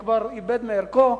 הוא כבר איבד מערכו.